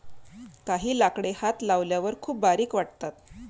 काही लाकडे हात लावल्यावर खूप बारीक वाटतात